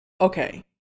Okay